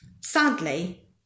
Sadly